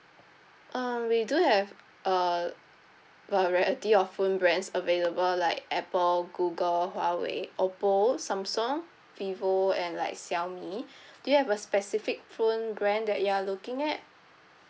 um we do have a variety of phone brands available like Apple Google Huawei Oppo Samsung Vivo and like Xiaomi do you have a specific phone brand that you are looking at